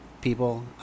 people